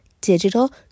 digital